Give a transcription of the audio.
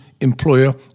employer